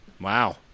Wow